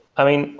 i mean,